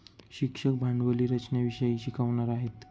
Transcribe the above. शिक्षक भांडवली रचनेविषयी शिकवणार आहेत